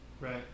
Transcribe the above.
Right